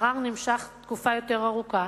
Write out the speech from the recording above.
והערר נמשך תקופה יותר ארוכה,